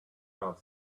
out